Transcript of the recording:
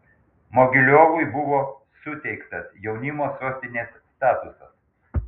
mogiliovui buvo suteiktas jaunimo sostinės statusas